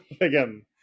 again